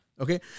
Okay